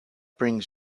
brings